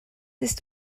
ist